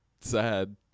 sad